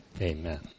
Amen